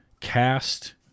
cast